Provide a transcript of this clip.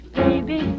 baby